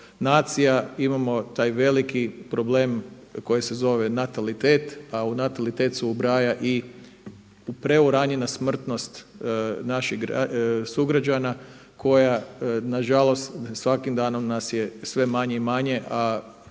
imamo taj veliki problem koji se zove natalitet, a u natalitet se ubraja i preuranjena smrtnost naših sugrađana koja nažalost svakim danom nas je sve manje i manje, a